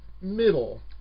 middle